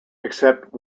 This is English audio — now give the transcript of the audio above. except